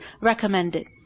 recommended